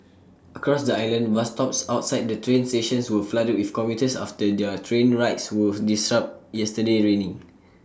across the island bus stops outside the train stations were flooded with commuters after their train rides were disrupted yesterday evening